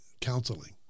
counseling